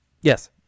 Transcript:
Yes